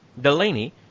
Delaney